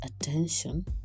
attention